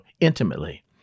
intimately